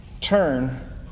turn